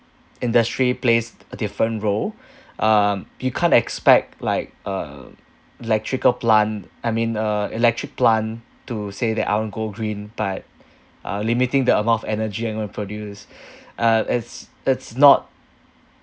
industry plays a different role um you can't expect like uh electrical plant I mean uh electric plant to say that I want go green but uh limiting the amount of energy I'm going to produce uh it's it's not